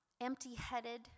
empty-headed